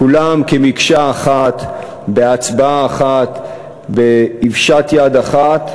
כולם כמקשה אחת, בהצבעה אחת, באוושת יד אחת,